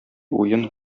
уен